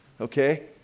okay